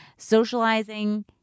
socializing